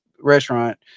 restaurant